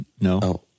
No